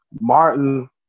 Martin